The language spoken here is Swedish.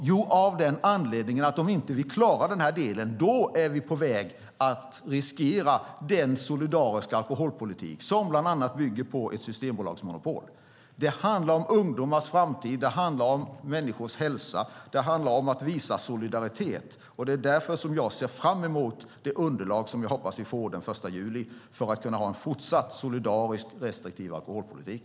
Jo, det finns av den anledningen att om vi inte klarar denna del är vi på väg att riskera den solidariska alkoholpolitik som bygger bland annat på ett monopol för Systembolaget. Det handlar om ungdomars framtid, det handlar om människors hälsa, och det handlar om att visa solidaritet. Det är därför som jag ser fram emot det underlag som jag hoppas att vi får den 1 juli för att kunna ha en fortsatt solidarisk och restriktiv alkoholpolitik.